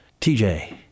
TJ